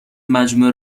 مجموعه